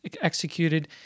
executed